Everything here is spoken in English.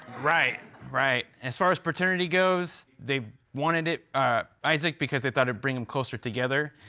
right. right. as far as paternity goes, they wanted it isaac, because they thought he'd bring them closer together.